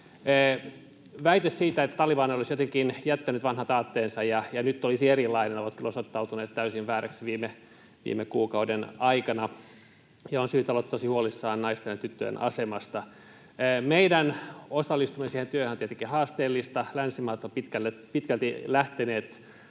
Väitteet siitä, että Taliban olisi jotenkin jättänyt vanhat aatteensa ja nyt olisi erilainen, ovat kyllä osoittautuneet täysin vääriksi viime kuukauden aikana, ja on syytä olla tosi huolissaan naisten ja tyttöjen asemasta. Meidän osallistuminen siihen työhön on tietenkin haasteellista, länsimaat ovat pitkälti lähteneet